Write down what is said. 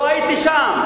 לא הייתי שם.